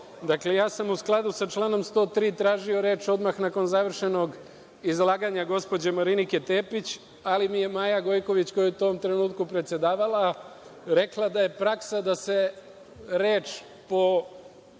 ja sam u skladu sa članom 103. tražio reč, odmah nakon završenog izlaganja gospođe Marinike Tepić, ali mi je Maja Gojković, koja je u tom trenutku predsedavala, rekla da je praksa da se reč po